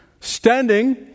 standing